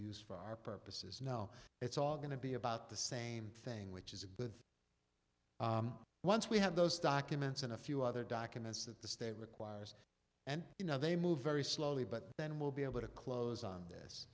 use for our purposes now it's all going to be about the same thing which is a good once we have those documents and a few other documents that the state requires and you know they move very slowly but then we'll be able to close on this